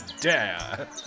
dare